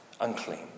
Unclean